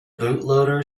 bootloader